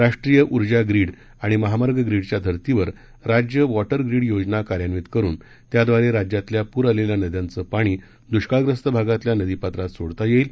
राष्ट्रीय ऊर्जा ग्रीड आणि महामार्ग ग्रीडच्या धर्तीवर राज्य वॉटर ग्रीड योजना कार्यान्वित करून त्याद्वारे राज्यातल्या पूर आलेल्या नद्यांचं पाणी दृष्काळग्रस्त भागातल्या नदीपात्रात सोडतायेईल